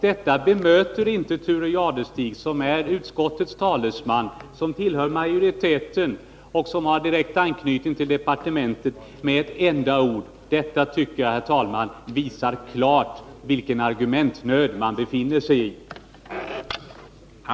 Detta bemöter inte Thure Jadestig, som är utskottets talesman, som tillhör majoriteten och som har direkt anknytning till departementet, med ett enda ord. Detta tycker jag visar klart vilken argumentnöd man befinner sig i.